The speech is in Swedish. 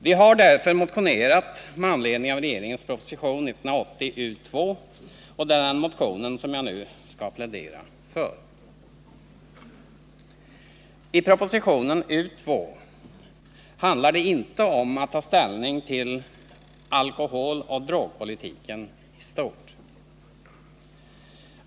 Vi har därför motionerat med anledning av regeringens proposition 1980 U:2, och det är den motionen som jag nu skall plädera för. I proposition U:2 handlar det inte om att ta ställning till alkoholoch drogpolitiken i stort.